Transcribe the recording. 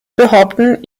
behaupten